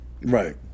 Right